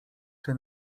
czy